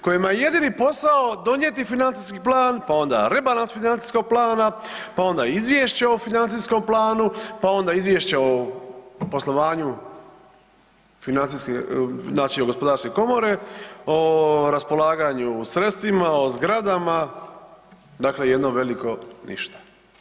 Kojima je jedini posao donijeti financijski plan pa onda rebalans financijskog plana pa onda izvješće o financijskom planu pa onda izvješće o poslovanju financijske, znači od HGK, o raspolaganju sredstvima, o zgradama, dakle jedno veliko ništa.